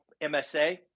MSA